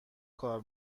کار